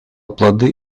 плоды